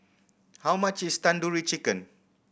how much is Tandoori Chicken